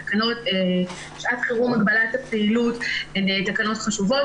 תקנות שעת חירום (הגבלת הפעילות) הן תקנות חשובות,